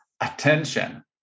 attention